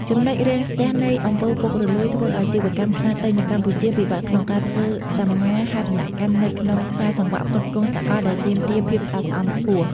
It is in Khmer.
ចំណុចរាំងស្ទះនៃ អំពើពុករលួយ ធ្វើឱ្យអាជីវកម្មខ្នាតតូចនៅកម្ពុជាពិបាកក្នុងការធ្វើសមាហរណកម្មទៅក្នុងខ្សែសង្វាក់ផ្គត់ផ្គង់សកលដែលទាមទារភាពស្អាតស្អំខ្ពស់។